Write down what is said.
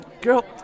Girl